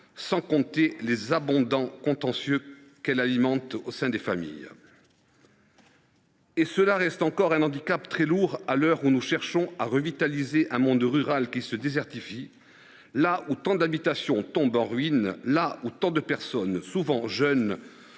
sans compter les abondants contentieux qu’elle alimente au sein des familles. Et cela reste un handicap très lourd à l’heure où nous cherchons à revitaliser un monde rural qui se désertifie, où tant d’habitations tombent en ruine alors que nombre de personnes, souvent jeunes,